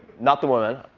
not the woman,